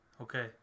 Okay